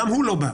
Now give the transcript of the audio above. גם הוא לא בא.